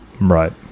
right